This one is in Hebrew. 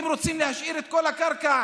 אתם רוצים להשאיר את כל הקרקע,